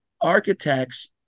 architects